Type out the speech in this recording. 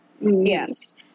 Yes